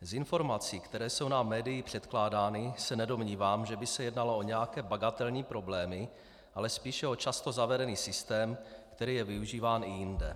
Z informací, které jsou nám médii předkládány, se nedomnívám, že by se jednalo o nějaké bagatelní problémy, ale spíše o často zavedený systém, který je využíván i jinde.